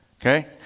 okay